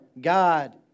God